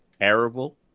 terrible